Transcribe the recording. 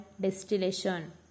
distillation